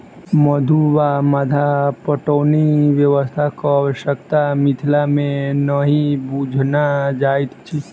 मद्दु वा मद्दा पटौनी व्यवस्थाक आवश्यता मिथिला मे नहि बुझना जाइत अछि